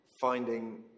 finding